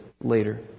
later